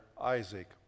Isaac